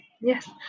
Yes